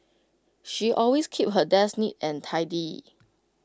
she always keeps her desk neat and tidy